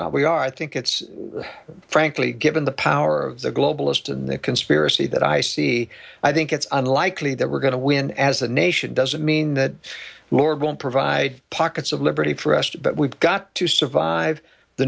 not we are i think it's frankly given the power of the globalist and the conspiracy that i see i think it's unlikely that we're going to win as a nation doesn't mean that the lord won't provide pockets of liberty for rest but we've got to survive the